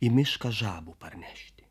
į mišką žabų parnešti